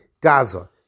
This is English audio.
Gaza